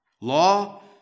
law